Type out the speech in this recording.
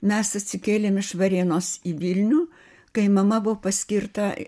mes atsikėlėm iš varėnos į vilnių kai mama buvo paskirta